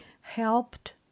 helped